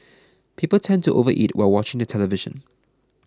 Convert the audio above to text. people tend to overeat while watching the television